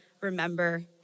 remember